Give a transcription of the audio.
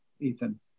ethan